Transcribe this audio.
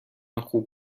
خوب